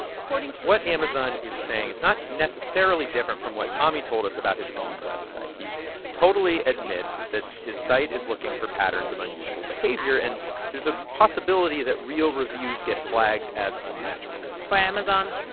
according to. what amazon is saying is not necessarily different from what tommy told us about his own website. he totally admits that his site is looking for patterns of unusual behavior, and there's a possibility that real reviews get flagged as unnatural for amazon,